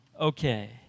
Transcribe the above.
Okay